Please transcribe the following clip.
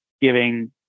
giving